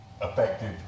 effective